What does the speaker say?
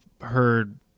heard